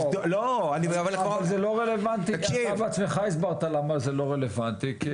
זה לא רלוונטי כי אתה בעצמך הסברת למה זה לא רלוונטי.